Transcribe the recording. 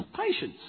patience